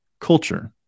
culture